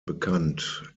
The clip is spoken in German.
bekannt